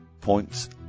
points